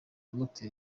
moteri